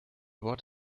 what